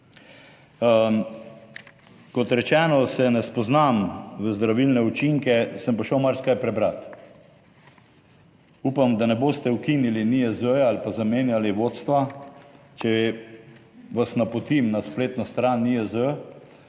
Kot rečeno, se ne spoznam v zdravilne učinke, sem pa šel marsikaj prebrati. Upam, da ne boste ukinili NIJZ ali pa zamenjali vodstva. Če vas napotim na spletno stran NIJZ,